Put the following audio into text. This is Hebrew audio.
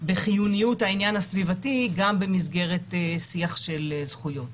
בחיוניות העניין הסביבתי גם במסגרת שיח של זכויות.